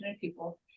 people